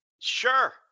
sure